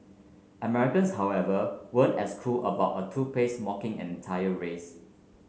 Americans however weren't as cool about a toothpaste mocking an entire race